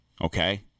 okay